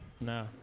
no